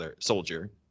soldier